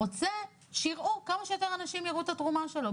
רוצה שכמה שיותר אנשים יראו את התרומה שלו,